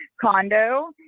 condo